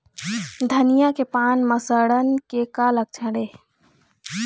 धनिया के पान म सड़न के का लक्षण ये?